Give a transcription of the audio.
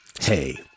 Hey